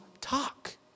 talk